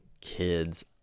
kids